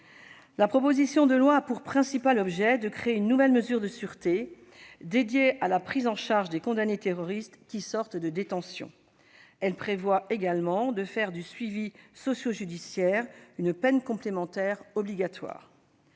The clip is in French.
La proposition de loi a pour principal objet de créer une nouvelle mesure de sûreté, dédiée à la prise en charge des condamnés terroristes qui sortent de détention. Elle prévoit également de faire du suivi socio-judiciaire une peine complémentaire obligatoire.